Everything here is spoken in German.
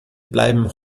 bleiben